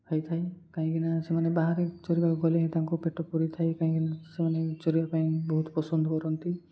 ହୋଇଥାଏ କାହିଁକିନା ସେମାନେ ବାହାରେ ଚରିବାକୁ ଗଲେ ତାଙ୍କୁ ପେଟ ପୁରିଥାଏ କାହିଁକିନା ସେମାନେ ଚରିବା ପାଇଁ ବହୁତ ପସନ୍ଦ କରନ୍ତି